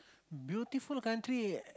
beautiful country